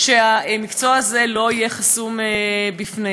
שהמקצוע הזה לא יהיה חסום בפניהן.